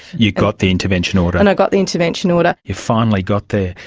you got the intervention order. and i got the intervention order. you finally got there.